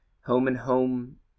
home-and-home